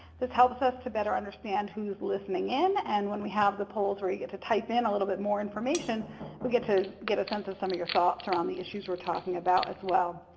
this helps us to better understand who's listening and and when we have the polls where you get to type in a little bit more information we get to get a sense of some of your thoughts around the issues were talking about as well.